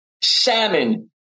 salmon